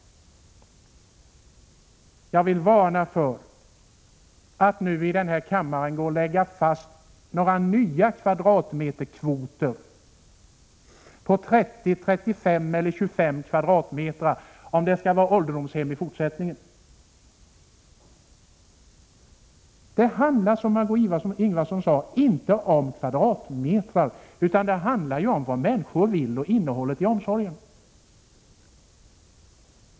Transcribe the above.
Jag vill varna för att i denna kammare lägga fast några nya kvadratmeterkvoter på 25, 30 eller 35 m? om det skall finnas ålderdomshem i fortsättningen. Det handlar inte, som Margö Ingvardsson sade, om kvadratmeter utan om vad människor vill och om innehållet i omsorgen.